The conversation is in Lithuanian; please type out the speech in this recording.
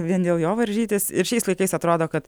vien dėl jo varžytis ir šiais laikais atrodo kad